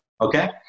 Okay